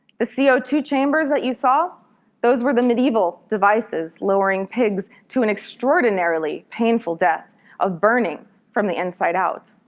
the c o two chambers you saw those were the medieval devices lowering pigs to an extraordinarily painful death of burning from the inside out